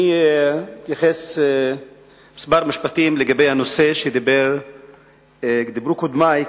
אני אתייחס בכמה משפטים לנושא שדיברו עליו קודמי,